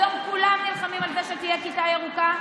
היום כולם נלחמים על זה שתהיה כיתה ירוקה,